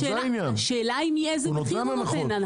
אז השאלה היא מאיזה מחיר הוא נותן הנחה?